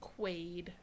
Quaid